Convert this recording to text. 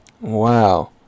Wow